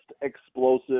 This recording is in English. explosive